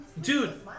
dude